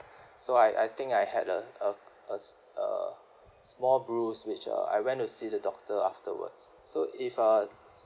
so I I think I had a a a small bruise which uh I went to see the doctor afterwards so if uh